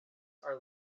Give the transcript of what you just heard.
are